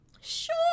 Sure